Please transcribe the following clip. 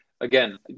again